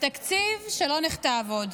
התקציב שלא נכתב עוד.